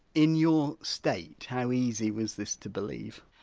in your state how easy was this to believe?